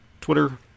Twitter